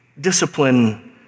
Discipline